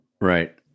Right